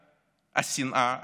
השנאה,